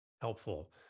helpful